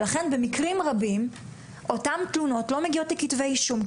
ולכן במקרים רבים אותן תלונות לא מגיעות לכתבי האישום,